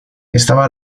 estaba